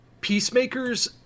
Peacemaker's